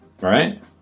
right